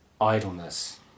Idleness